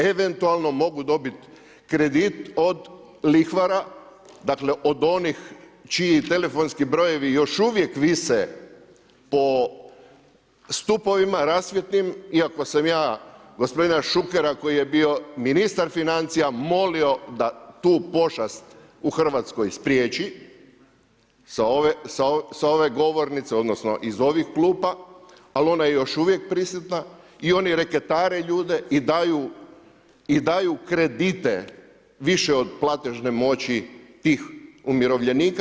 Eventualno mogu dobiti kredit od lihvara, dakle, od onih čiji telefonski brojevi još uvijek vise po stupovima rasvjetnim, iako sam ja gospodina Šukera koji je bio ministar financija molio da tu pošast u Hrvatskoj spriječi sa ove govornice, odnosno iz ovih klupa, ali ona je još uvijek prisutna i oni reketare ljude i daju kredite više od platežne moći tih umirovljenika.